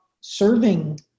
serving